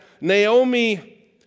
Naomi